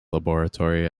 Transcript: laboratory